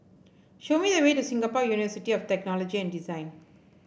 show me the way to Singapore University of Technology and Design